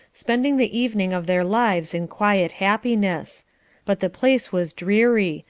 spending the evening of their lives in quiet happiness but the place was dreary,